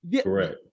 Correct